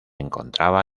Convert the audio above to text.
encontraba